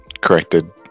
corrected